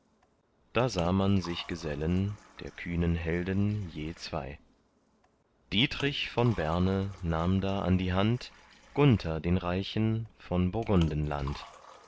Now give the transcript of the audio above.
da sah man sich gesellen der kühnen helden je zwei dietrich von berne nahm da an die hand gunther den reichen von